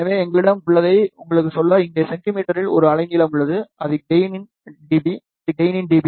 எனவே எங்களிடம் உள்ளதை உங்களுக்குச் சொல்ல இங்கே சென்டிமீட்டரில் ஒரு அலைநீளம் உள்ளது இது கெயின் இன் dB